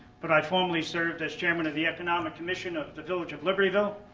but i formally served as chairman of the economic commission of the village of libertyville,